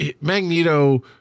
Magneto